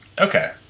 Okay